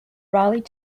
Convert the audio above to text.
raleigh